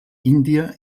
índia